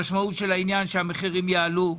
המשמעות של העניין שהמחירים יעלו,